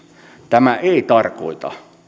tämä ei tarkoita